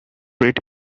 red